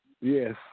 Yes